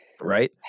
Right